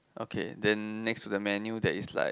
okay then next to the menu there is like